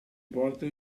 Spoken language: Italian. porta